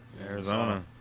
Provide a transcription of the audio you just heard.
Arizona